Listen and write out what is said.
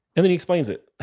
and then he explains it.